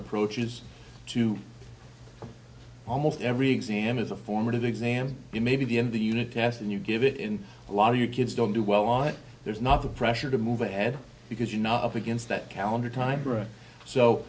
approaches to almost every exam is a formative exam you may be in the unit test and you give it in a lot of your kids don't do well on it there's not the pressure to move ahead because you're not up against that calendar